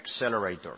accelerators